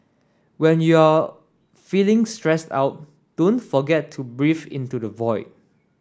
when you are feeling stressed out don't forget to breathe into the void